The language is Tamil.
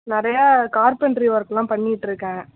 நிறையா கார்பென்ட்ரி ஒர்கெலாம் பண்ணிகிட்ருக்கேன்